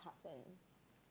parts and